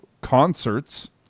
concerts